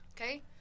Okay